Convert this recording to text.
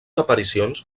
aparicions